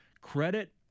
Credit